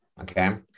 okay